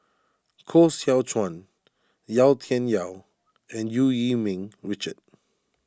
Koh Seow Chuan Yau Tian Yau and Eu Yee Ming Richard